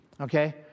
okay